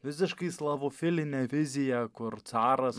visiškai slavofilinė vizija kur caras